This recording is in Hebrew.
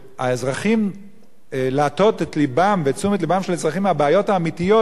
שמנסים להטות את לבם ואת תשומת לבם של האזרחים מהבעיות האמיתיות,